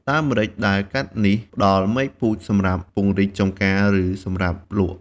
ដើមម្រេច ដែលកាត់នេះ ផ្តល់មែកពូជសម្រាប់ពង្រីកចម្ការ ឬសម្រាប់លក់។